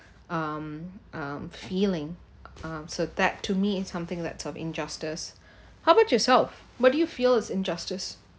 um um feeling um so that to me in something that's of injustice how about yourself what do you feel as injustice